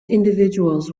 individuals